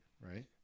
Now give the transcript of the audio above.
right